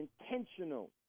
intentional